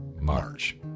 March